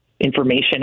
Information